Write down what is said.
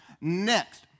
next